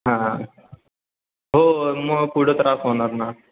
हां हां हो मग पुढे त्रास होणार ना